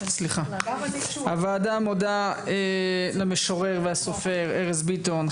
הוועדה מודה למשורר והסופר ארז ביטון,